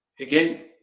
Again